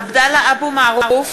(קוראת בשמות חברי הכנסת) עבדאללה אבו מערוף,